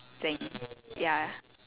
thing ya